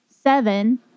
seven